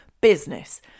business